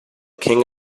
king